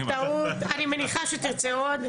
אני מניחה שתרצה עוד.